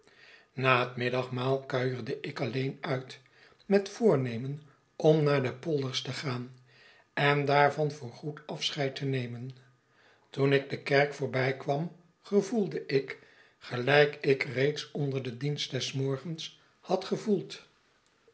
na het middagmaal kuierde ik alleen uit met voornemen om naar de polders te gaan en daarvan voorgoed afscheid te nemen toen ik de kerk voorbijkwam gevoelde ik gelijk ik reeds onder den dienst des morgens had gevoeld